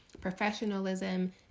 professionalism